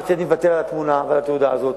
אמרתי, אני מוותר על התמונה ועל התעודה הזאת.